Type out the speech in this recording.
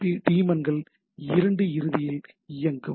B டீமன்கள் இரண்டு இறுதியில் இயங்கும்